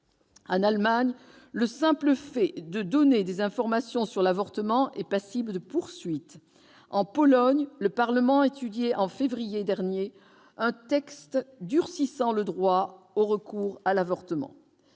En Allemagne, le simple fait de donner des informations sur l'avortement est passible de poursuites ; en Pologne, le Parlement étudiait en février dernier un texte durcissant le droit au recours à l'avortement.